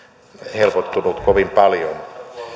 helpottunut kovin paljon